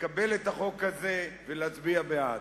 לקבל את החוק הזה ולהצביע בעד.